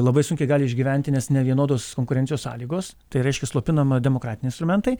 labai sunkiai gali išgyventi nes nevienodos konkurencijos sąlygos tai reiškia slopinama demokratiniai instrumentai